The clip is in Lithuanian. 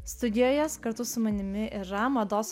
studijoje kartu su manimi yra mados